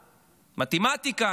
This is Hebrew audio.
מתמטיקה,